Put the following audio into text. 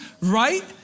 right